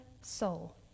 soul